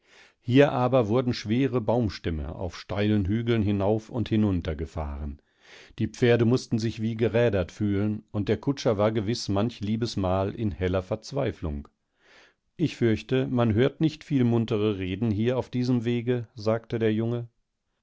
hier aber wurden schwere baumstämme auf steilen hügeln hinauf und hinunter gefahren die pferde mußten sich wie gerädert fühlen und der kutscher war gewiß manch liebes mal in heller verzweiflung ich fürchte manhörtnichtvielmuntereredenhieraufdiesemwege sagtederjunge der